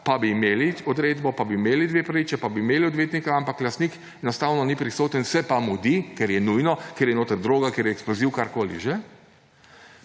pa bi imeli odredbo, bi imeli dve priči, bi imeli odvetnika, ampak lastnik enostavno ni prisoten, se pa mudi, ker je nujno, ker je notri droga, ker je eksploziv, karkoli